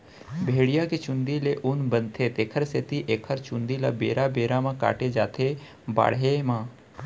भेड़िया के चूंदी ले ऊन बनथे तेखर सेती एखर चूंदी ल बेरा बेरा म काटे जाथ बाड़हे म